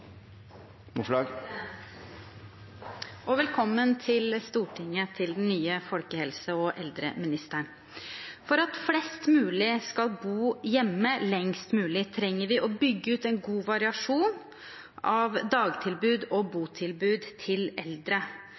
Velkommen til Stortinget til den nye eldre- og folkehelseministeren! For at flest mulig skal bo hjemme lengst mulig, trenger vi å bygge ut en god variasjon av dagtilbud og botilbud til eldre.